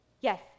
Yes